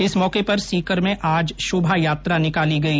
इस मौके पर सीकर में आज शोभा यात्रा निकाली गई